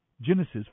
Genesis